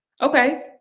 Okay